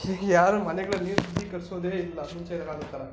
ಈಗ ಯಾರೂ ಮನೆಗಳಲ್ಲಿ ಶುದ್ಧೀಕರಿಸೋದೇ ಇಲ್ಲ ಮುಂಚಿನ ಕಾಲದ ಥರ